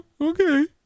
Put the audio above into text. okay